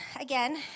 again